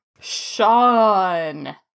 Sean